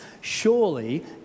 surely